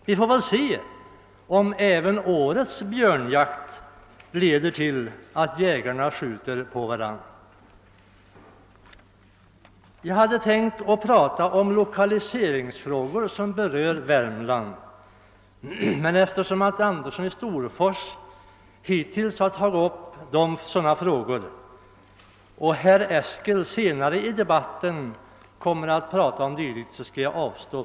Vi får väl se om även årets björnjakt leder till att jägarna skjuter på varandra. Jag hade tänkt gå in på lokaliseringsfrågor som berör Värmland, men eftersom herr Andersson i Storfors redan tagit upp sådana frågor och då herr Eskel senare under debatten kommer att beröra saken skall jag avstå.